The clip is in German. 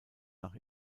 nach